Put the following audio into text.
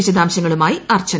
വിശദാംശങ്ങളുമായി അർച്ചന